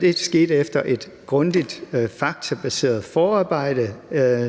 det skete efter et grundigt faktabaseret forarbejde,